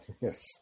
Yes